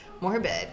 morbid